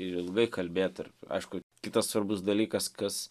ir ilgai kalbėt ir aišku kitas svarbus dalykas kas